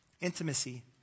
Intimacy